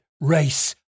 race